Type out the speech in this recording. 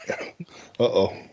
uh-oh